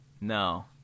No